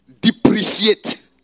depreciate